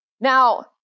Now